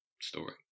story